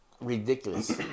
ridiculous